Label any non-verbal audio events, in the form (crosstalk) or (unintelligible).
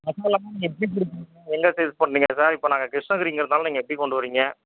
பசங்க இல்லாமல் நீங்கள் எப்படி (unintelligible) எந்த இடத்த யூஸ் பண்ணுவீங்க சார் இப்போ நாங்கள் கிருஷ்ணகிரிங்கிறதால் நீங்கள் எப்படி கொண்டு வரீங்க